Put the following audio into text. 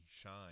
shine